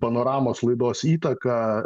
panoramos laidos įtaka